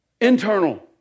Internal